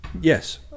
Yes